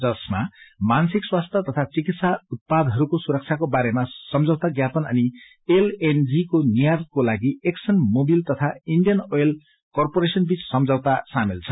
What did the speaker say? जसमा मानसिक स्वास्थ्य तथा चिकित्सा उत्पादहरूको सुरक्षाको बारेमा सम्झौता ज्ञापन अनि एलएनजी को निर्यातको लागि एक्सन मोबिल तथा इण्डियन आल कारपोरेशन बीच सम्झौता सामेल छन्